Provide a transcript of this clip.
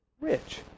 rich